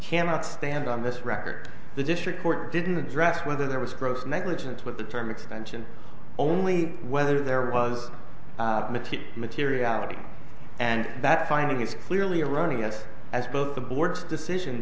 cannot stand on this record the district court didn't address whether there was gross negligence with the term extension only whether there was material materiality and that finding is clearly erroneous as both the board's decision